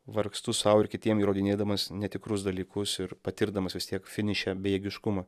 vargstu sau ir kitiem įrodinėdamas netikrus dalykus ir patirdamas vis tiek finiše bejėgiškumą